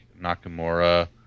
Nakamura